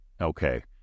Okay